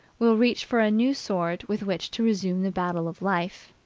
will reach for a new sword with which to resume the battle of life.